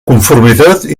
conformitat